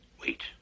Wait